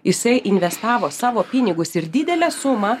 jisai investavo savo pinigus ir didelę sumą